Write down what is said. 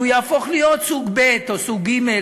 שהוא יהפוך להיות סוג ב' או סוג ג',